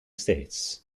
states